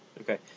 Okay